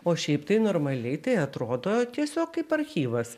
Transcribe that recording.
o šiaip tai normaliai tai atrodo tiesiog kaip archyvas